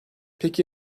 peki